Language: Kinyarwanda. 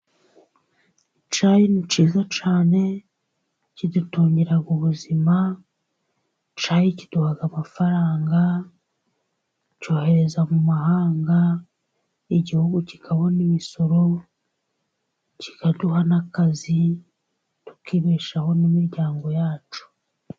Icyayi ni cyiza cyane kidutungira ubuzima icyayi kiduha amafaranga, tucyohereza mu mahanga igihugu kikabona imisoro, kikaduha n'akazi tukibeshaho n'imiryango yacu.